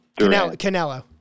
Canelo